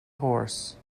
horse